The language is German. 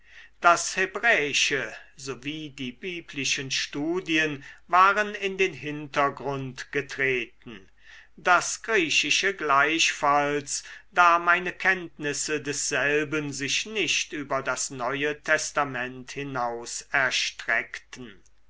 das hebräische sowie die biblischen studien waren in den hintergrund getreten das griechische gleichfalls da meine kenntnisse desselben sich nicht über das neue testament hinaus erstreckten